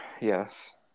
yes